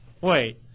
Wait